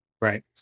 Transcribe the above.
right